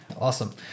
Awesome